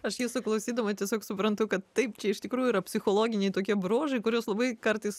aš jus klausydama tiesiog suprantu kad taip čia iš tikrųjų yra psichologiniai tokie bruožai kuriuos labai kartais